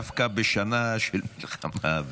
דווקא בשנה של מלחמה.